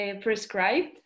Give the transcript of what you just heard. prescribed